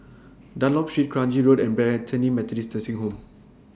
Dunlop Street Kranji Road and Bethany Methodist Nursing Home